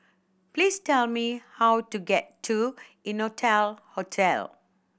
please tell me how to get to Innotel Hotel